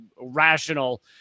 rational